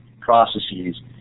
processes